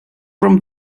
from